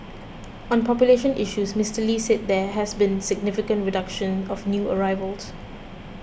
on population issues Mister Lee said there has been significant reduction of new arrivals